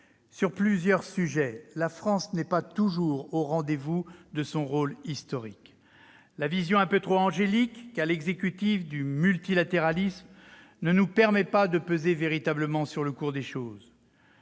Sur plusieurs sujets, la France n'est pas toujours au rendez-vous de son rôle historique. La vision un peu trop angélique qu'a l'exécutif du multilatéralisme ne nous permet pas de peser vraiment sur le cours des choses.